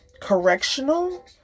correctional